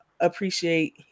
appreciate